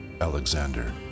Alexander